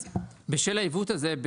בשל העיוות הזה,